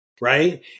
Right